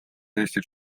eestit